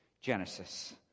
Genesis